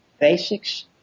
basics